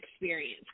experience